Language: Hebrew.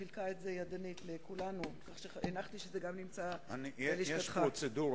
חיוני שהכנסת תבוא בתביעה למשרד הבריאות להקפיא את